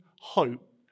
hope